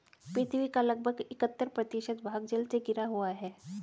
पृथ्वी का लगभग इकहत्तर प्रतिशत भाग जल से घिरा हुआ है